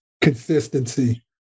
Consistency